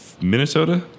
Minnesota